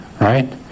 Right